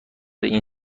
این